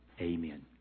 Amen